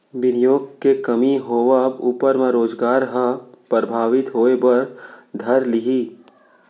बिनियोग के कमी होवब ऊपर म रोजगार ह परभाबित होय बर धर लिही